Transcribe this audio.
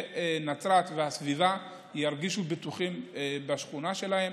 נצרת והסביבה ירגישו בטוחים בשכונה שלהם,